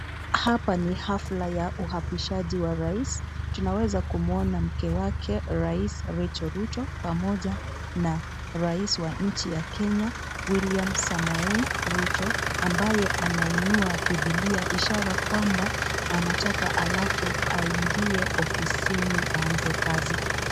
Hapa ni hafla ya uapishaji wa rais. Tunaweza kumuona mke wake rais, Rachel Ruto pamoja na rais wa nchi ya Kenya, William Samoei Ruto, ambaye anainuwa Biblia ishara kwamba anataka alafu aingie ofisini aanze kazi.